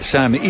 Sam